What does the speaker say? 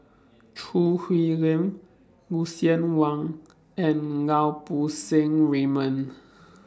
Choo Hwee Lim Lucien Wang and Lau Poo Seng Raymond